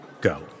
Go